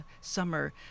summer